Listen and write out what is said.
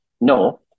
No